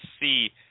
see